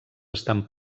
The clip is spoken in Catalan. estan